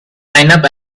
lineup